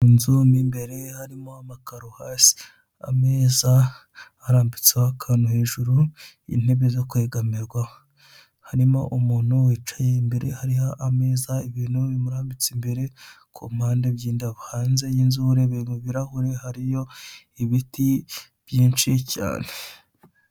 inzu mw'imbere harimo amakaro hasi, ameza harambitseho akantu hejuru, intebe zo kwegamirwaho, harimo umuntu wicaye imbere hariho ameza ibintu bimurambitse imbere ku mpande by'indabo, hanze y'inzu urebeye mu birahure hariyo ibiti byinshi cyane.